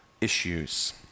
issues